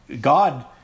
God